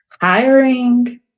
hiring